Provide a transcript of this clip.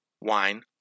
wine